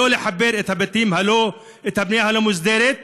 לא לחבר את הבנייה הלא-מוסדרת לחשמל.